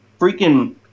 freaking